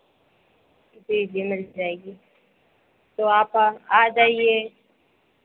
जी जी मिल जाएगी तो आप आ जाइए